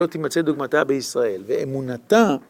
לא תמצא דוגמתה בישראל ואמונתה...